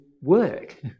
work